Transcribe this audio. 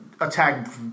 attack